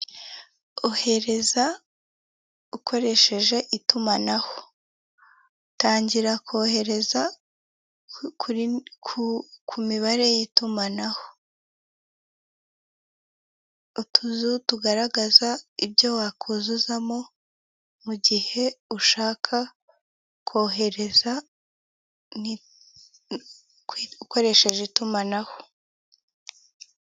Ohereza ukoresheje itumanaho utangira kohereza ku mibare y'itumanaho utuzu wakuzuzamo mu mu gihe ushaka kohereza ukoresheje itumanaho.